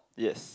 yes